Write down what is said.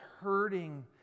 hurting